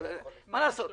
לא,